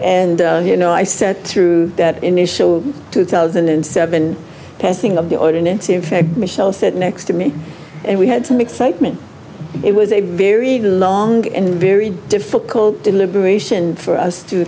and you know i said through that initial two thousand and seven passing of the ordinance if michelle sit next to me and we had some excitement it was a very long and very difficult deliberation for us to